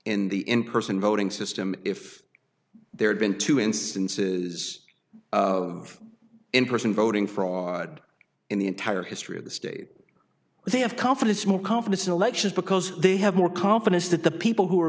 in the in person voting system if there had been two instances in person voting fraud in the entire history of the state they have confidence more confidence in elections because they have more confidence that the people who are